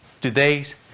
today's